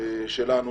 שלנו